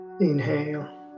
Inhale